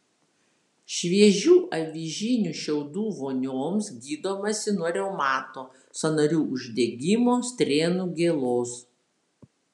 šviežių avižinių šiaudų vonioms gydomasi nuo reumato sąnarių uždegimo strėnų gėlos